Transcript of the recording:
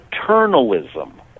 paternalism